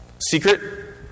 Secret